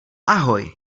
ahoj